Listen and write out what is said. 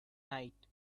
night